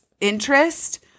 interest